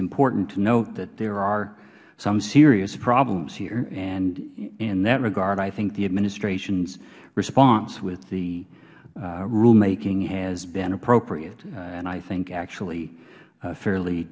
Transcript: important to note that there are some serious problems here and in that regard i think the administration's response with the rulemaking has been appropriate and i think actually fairly